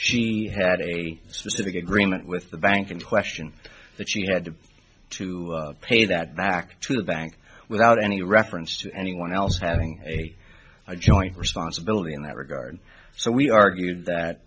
she had a specific agreement with the bank in question that she had to pay that back to the bank without any reference to anyone else having a joint responsibility in that regard so we argued that